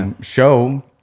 show